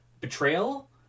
betrayal